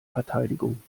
verteidigung